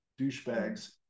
douchebags